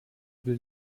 will